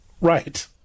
Right